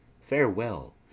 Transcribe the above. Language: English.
Farewell